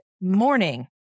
morning